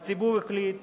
והציבור החליט